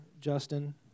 Justin